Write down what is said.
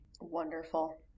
Wonderful